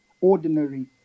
ordinary